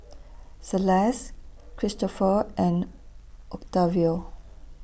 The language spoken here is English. Celeste Kristofer and Octavio